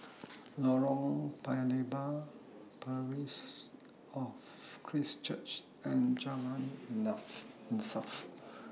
Lorong Paya Lebar Parish of Christ Church and Jalan enough Insaf